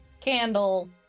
Candle